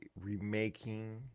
remaking